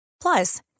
Plus